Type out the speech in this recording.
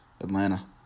Atlanta